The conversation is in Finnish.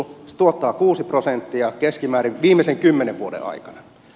se tuottaa kuusi prosenttia keskimäärin viimeisten kymmenen vuoden aikana